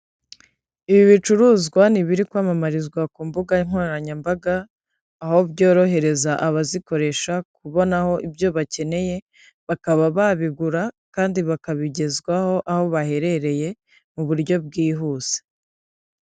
Ibi bicuruzwa ni ibiriri kwamamarizwa ku mbuga nkoranyambaga, aho byorohereza abazikoresha kubonaho ibyo bakeneye, bakaba babigura kandi bakabigezwaho aho baherereye mu buryo bwihuse.